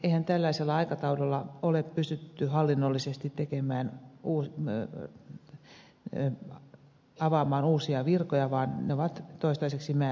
eihän tällaisella aikataululla ole pystytty hallinnollisesti avaamaan uusia virkoja vaan ne ovat toistaiseksi määräaikaisia